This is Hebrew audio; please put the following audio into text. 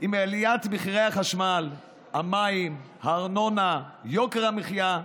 עם עליית מחירי החשמל, המים, הארנונה, יוקר המחיה.